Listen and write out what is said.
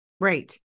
right